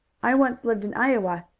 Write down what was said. i once lived in iowa.